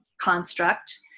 construct